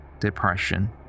depression